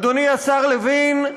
אדוני השר לוין,